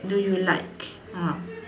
do you like ah